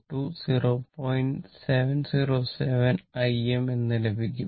707 Im എന്ന് ലഭിക്കും